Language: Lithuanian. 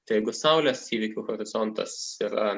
tai jeigu saulės įvykių horizontas yra